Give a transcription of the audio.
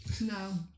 No